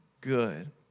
good